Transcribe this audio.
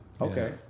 Okay